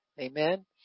Amen